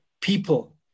people